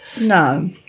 No